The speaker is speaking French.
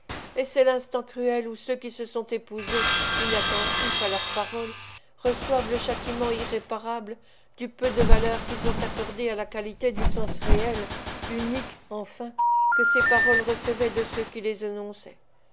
et c'est l'instant cruel où ceux qui se sont épousés inattentifs à leurs paroles reçoivent le châtiment irréparable du peu de valeur qu'ils ont accordée à la qualité du sens réel unique enfin que ces paroles recevaient de ceux qui les énonçaient